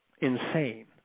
insane